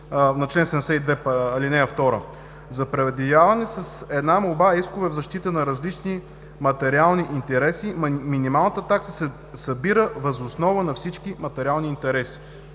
4, чл. 72, ал. 2: „За предявяване с една молба искове в защита на различни материални интереси, минималната такса се събира въз основа на всички материални интереси“.